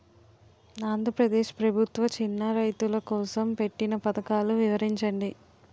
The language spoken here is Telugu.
ఆంధ్రప్రదేశ్ ప్రభుత్వ చిన్నా రైతుల కోసం పెట్టిన పథకాలు వివరించండి?